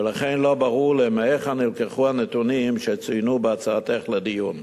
ולכן לא ברור מהיכן נלקחו הנתונים שצוינו בהצעתך לדיון.